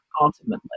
ultimately